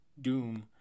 Doom